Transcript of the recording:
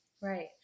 Right